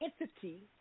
entity